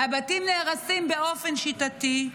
הבתים נהרסים באופן שיטתי,